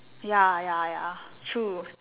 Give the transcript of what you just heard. ya ya ya true